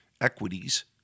Equities